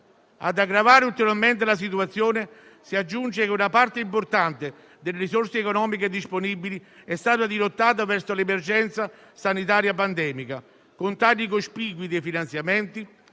Ad aggravare ulteriormente la situazione si aggiunge che una parte importante delle risorse economiche disponibili è stata dirottata verso l'emergenza sanitaria pandemica, con tagli cospicui ai finanziamenti